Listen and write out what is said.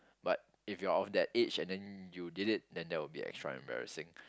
but if you're of that age and then you did it then that will be extra embarrassing